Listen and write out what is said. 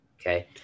Okay